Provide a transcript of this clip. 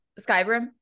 skyrim